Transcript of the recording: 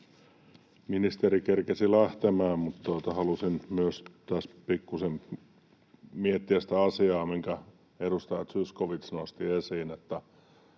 Ministeri kerkesi lähtemään, mutta halusin tässä pikkuisen miettiä myös sitä asiaa, minkä edustaja Zyskowicz nosti esiin,